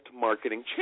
marketing